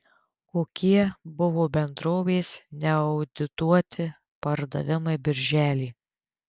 kokie buvo bendrovės neaudituoti pardavimai birželį